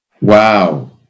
Wow